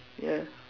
ya